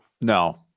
No